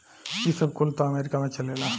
ई सब कुल त अमेरीका में चलेला